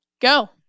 Go